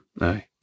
Aye